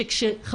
שוב,